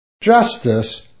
justice